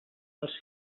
els